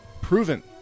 proven